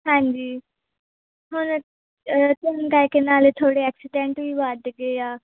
ਹਾਂਜੀ ਹੁਣ ਨਾਲ ਥੋੜ੍ਹੇ ਐਕਸੀਡੈਂਟ ਵੀ ਵੱਧ ਗਏ ਆ